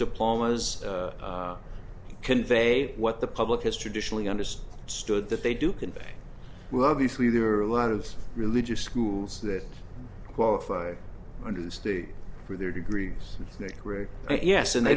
diplomas convey what the public has traditionally understood stood that they do convey well obviously there are a lot of religious schools that qualify under the state for their degrees and snickering yes and they